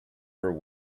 her